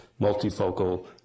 multifocal